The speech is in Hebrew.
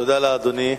תודה לאדוני.